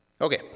Okay